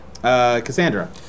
Cassandra